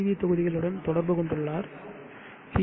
we தொகுதிகளுடன் தொடர்பு கொண்டுள்ளார் பி